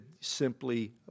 simply